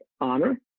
honor